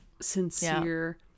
sincere